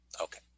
okay